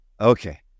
Okay